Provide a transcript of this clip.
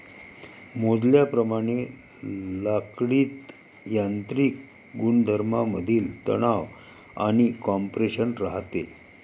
मोजल्याप्रमाणे लाकडीत यांत्रिक गुणधर्मांमधील तणाव आणि कॉम्प्रेशन राहते